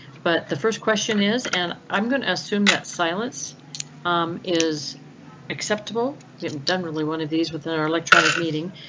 but the first question is an i'm going to assume that silence is acceptable. we haven't done really one of these within our electronic meeting,